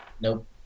Nope